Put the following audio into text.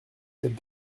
cette